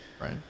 right